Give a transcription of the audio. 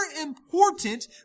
important